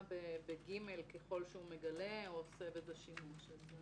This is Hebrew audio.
ב-(ג) ככל שהוא מגלה או עושה בזה שימוש.